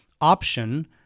option